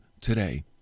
today